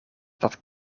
dat